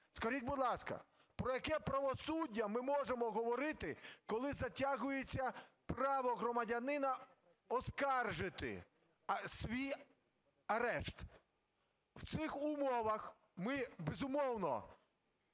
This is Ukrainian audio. Скажіть, будь ласка, про яке правосуддя ми можемо говорити, коли затягується право громадянина оскаржити свій арешт? В цих умовах ми, безумовно,